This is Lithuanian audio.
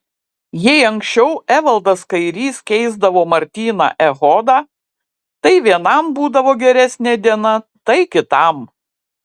jei anksčiau evaldas kairys keisdavo martyną echodą tai vienam būdavo geresnė diena tai kitam